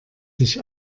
sich